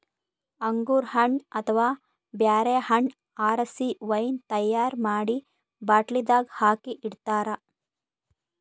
ಅಂಗೂರ್ ಹಣ್ಣ್ ಅಥವಾ ಬ್ಯಾರೆ ಹಣ್ಣ್ ಆರಸಿ ವೈನ್ ತೈಯಾರ್ ಮಾಡಿ ಬಾಟ್ಲಿದಾಗ್ ಹಾಕಿ ಇಡ್ತಾರ